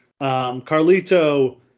Carlito